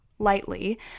lightly